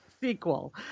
sequel